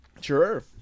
Sure